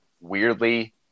weirdly